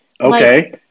Okay